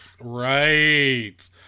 Right